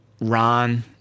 Ron